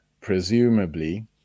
presumably